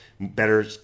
better